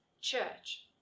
church